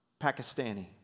Pakistani